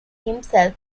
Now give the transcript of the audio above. himself